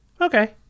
okay